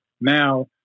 now